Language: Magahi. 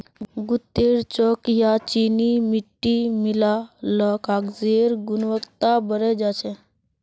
गूदेत चॉक या चीनी मिट्टी मिल ल कागजेर गुणवत्ता बढ़े जा छेक